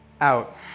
out